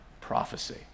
prophecy